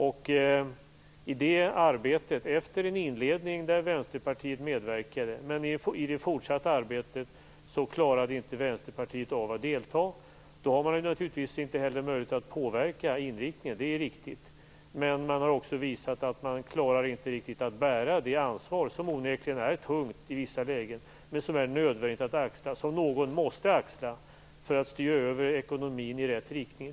I det arbetet, efter en inledning där Vänsterpartiet medverkade, klarade inte Vänsterpartiet av att fortsätta att delta. Då har man naturligtvis inte heller möjlighet att påverka inriktningen. Det är riktigt. Men man har också visat att man inte riktigt klarar av att bära det ansvar som onekligen är tungt i vissa lägen men som är nödvändigt att axla - som någon måste axla för att styra över ekonomin i rätt riktning.